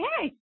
hey